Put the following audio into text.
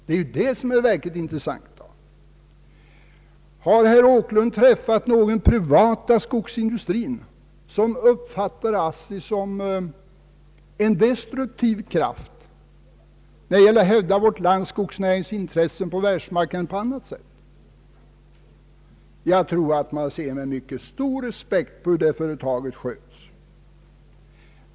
Har herr Åkerlund inom den privata skogsindustrin träffat någon som uppfattar ASSI som en destruktiv kraft när det gäller att hävda vår skogsnärings intressen på världsmarknaden? Jag tror att man ser med mycket stor respekt på hur det företaget sköts.